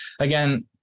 again